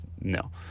No